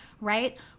right